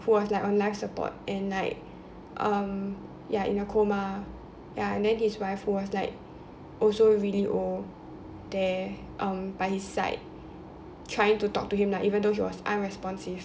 who was like on life support and like um ya in a coma ya and then his wife was like also really old there um by his side trying to talk to him lah even though he was unresponsive